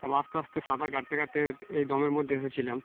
তবে আস্তে আস্তে সাঁতার কাটতে কাটতে এই দমের মধ্যে এসেছিলাম